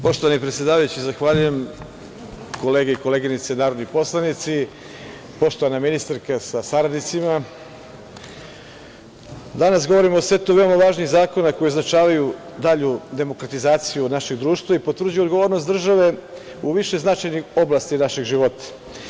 Poštovani predsedavajući, zahvaljujem kolege i koleginice narodni poslanici, poštovana ministarko sa saradnicima, danas govorimo o setovima veoma važnih zakona, koji označavaju dalju demokratizaciju našeg društva i potvrđuju odgovornost države u više značajnih oblasti našeg života.